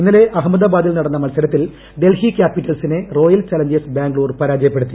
ഇന്നലെ അഹമ്മദാബാദിൽ നടന്ന മത്സരത്തിൽ ഡൽഹി ക്യാപിറ്റൽസിനെ റോയൽ ചലഞ്ചേഴ്സ് ബാംഗ്ലൂർ പരാജയപ്പെടുത്തി